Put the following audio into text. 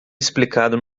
explicado